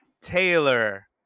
Taylor